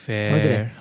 Fair